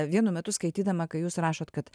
vienu metu skaitydama ką jūs rašot kad